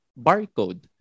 barcode